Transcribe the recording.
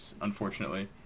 unfortunately